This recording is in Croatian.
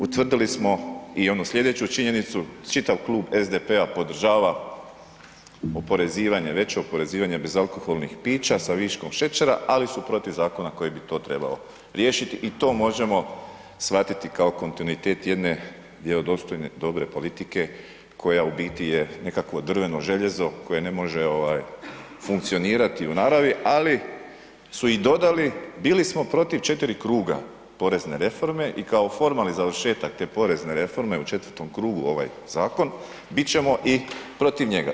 Utvrdili smo i onu slijedeću činjenicu čitav Klub SDP-a podržava oporezivanje, veće oporezivanje bezalkoholnih pića sa viškom šećera ali su protiv zakona koji bi to trebao riješiti i to možemo shvatiti kao kontinuitet jedne vjerodostojne, dobre politike koja u biti je nekakvo drveno željezo koje ne može ovaj funkcionirati u naravi, ali su i dodali bili smo protiv 4 kruga porezne reforme i kao formalni završetak te porezne reforme u 4-tom krugu ovaj zakon, bit ćemo i protiv njega.